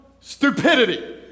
stupidity